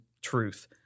truth